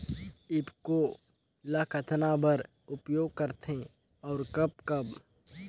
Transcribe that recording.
ईफको ल कतना बर उपयोग करथे और कब कब?